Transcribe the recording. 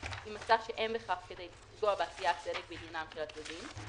אם מצאה שאין בכך כדי לפגוע בעשיית צדק בעניינם של הצדדים,